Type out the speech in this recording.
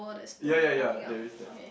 ya ya ya there is that